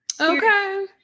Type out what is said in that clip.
Okay